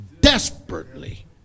desperately